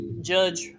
Judge